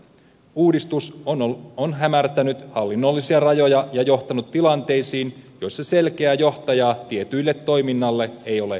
uudistus on hämärtänyt hallinnollisia rajoja ja johtanut tilanteisiin joissa selkeää johtajaa tietylle toiminnalle ei ole löytynyt